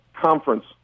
conference